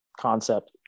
concept